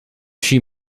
she